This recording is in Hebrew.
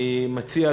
אני מציע,